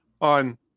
on